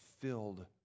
filled